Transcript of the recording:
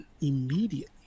immediately